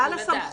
בעל הסמכות.